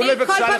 כבוד היושב-ראש,